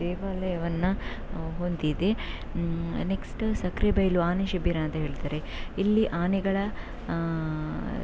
ದೇವಾಲಯವನ್ನು ಹೊಂದಿದೆ ನೆಕ್ಸ್ಟ ಸಕ್ಕರೆಬೈಲು ಆನೆ ಶಿಬಿರ ಅಂತ ಹೇಳ್ತಾರೆ ಇಲ್ಲಿ ಆನೆಗಳ